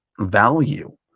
value